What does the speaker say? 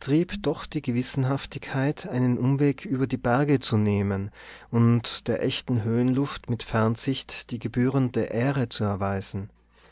trieb doch die gewissenhaftigkeit einen umweg über die berge zu nehmen und der echten höhenluft mit fernsicht die gebührende ehre zu erweisen